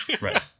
right